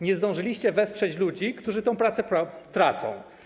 Nie zdążyliście wesprzeć ludzi, którzy tę pracę tracą.